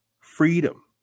freedom